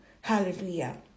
hallelujah